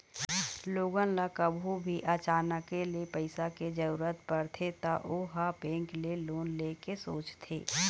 लोगन ल कभू भी अचानके ले पइसा के जरूरत परथे त ओ ह बेंक ले लोन ले के सोचथे